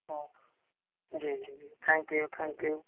हाँ जी जी जी थैंक यू थैंक यू